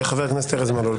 חבר הכנסת ארז מלול.